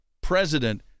president